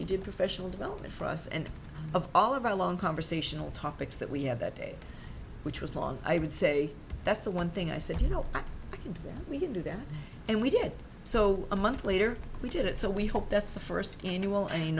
you did professional development for us and of all of our long conversational topics that we had that day which was long i would say that's the one thing i said you know we can do that and we did so a month later we did it so we hope that's the first annual a